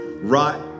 right